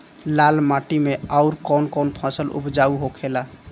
लाल माटी मे आउर कौन कौन फसल उपजाऊ होखे ला?